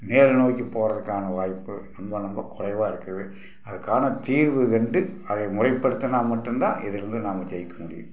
மேல் நோக்கி போகிறதுக்கான வாய்ப்பு ரொம்ப ரொம்ப குறைவா இருக்குது அதுக்கான தீர்வு கண்டு அதை முறைப்படுத்தினா மட்டும் தான் இதிலிருந்து நாம் ஜெயிக்க முடியும்